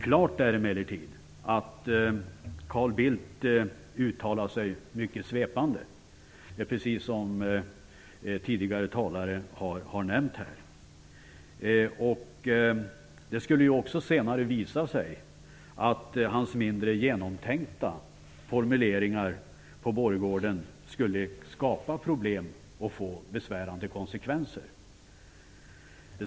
Klart är emellertid att Carl Bildt uttalar sig mycket svepande, precis som tidigare talare här har nämnt. Det skulle ju också senare visa sig att hans mindre genomtänkta formuleringar på borggården skulle skapa problem och få besvärande konsekvenser.